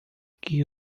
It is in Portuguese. que